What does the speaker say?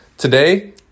Today